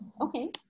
Okay